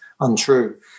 untrue